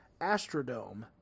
Astrodome